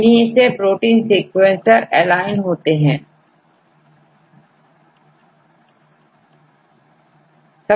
इन्हीं से protein sequencer align होते हैं